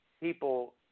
people